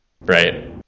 right